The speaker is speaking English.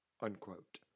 Unquote